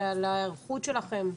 ועל ההיערכות שלכם.